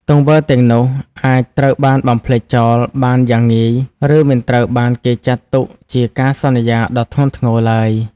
ទង្វើទាំងនោះអាចត្រូវបានបំភ្លេចចោលបានយ៉ាងងាយ ឬមិនត្រូវបានគេចាត់ទុកជាការសន្យាដ៏ធ្ងន់ធ្ងរឡើយ។